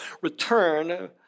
return